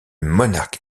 monarque